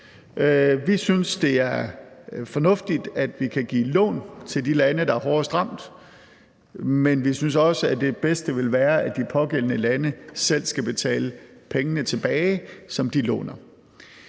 Vi synes, det er fornuftigt, at vi kan give lån til de lande, der er hårdest ramt, men vi synes også, at det bedste vil være, at de pågældende lande selv skal betale pengene tilbage, som de låner.